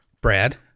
Brad